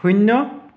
শূন্য